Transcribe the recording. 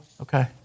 Okay